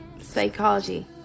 psychology